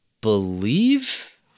believe